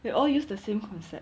we all use the same concept